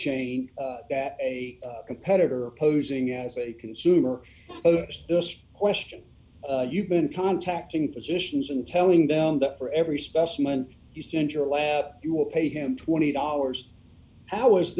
chain that a competitor posing as a consumer posed this question you've been contacting physicians and telling them that for every specimen you send your lab you will pay him twenty dollars how is